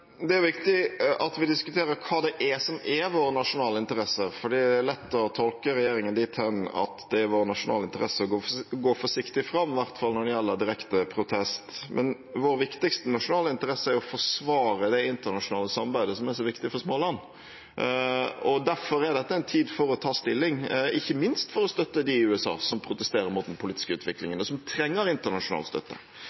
Det er viktig at vi diskuterer hva det er som er våre nasjonale interesser, for det er lett å tolke regjeringen dit hen at det er i vår nasjonale interesse å gå forsiktig fram, i hvert fall når det gjelder direkte protest. Vår viktigste nasjonale interesse er å forsvare det internasjonale samarbeidet, som er så viktig for små land. Derfor er dette en tid for å ta stilling – ikke minst for å støtte de i USA som protesterer mot den politiske